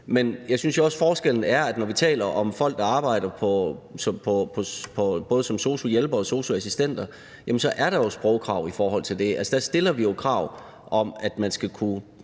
Men jeg synes også, at der ligger en forskel i, at når vi taler om folk, der arbejder som både sosu-hjælpere og sosu-assistenter, jamen så er der jo sprogkrav til dem. Altså, der stiller vi jo krav om, at man skal have